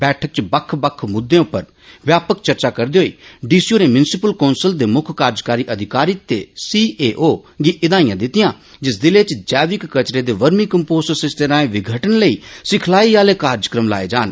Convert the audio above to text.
बैठक च बक्ख बक्ख मुद्दे उप्पर व्यापक चर्चा करदे होई डी सी होरें म्यूनिसिपल कौंसल दे मुक्ख कार्जकारी अधिकारी ते सी ए ओ गी हिदायतां दितियां जे जिले च जैविक कचरे दे वर्मी कम्पोस्ट सरिस्ते राए विघटन लेई सिखलाई आले कार्जक्रम लाए जान